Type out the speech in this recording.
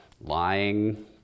lying